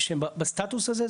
שהם בסטטוס הזה?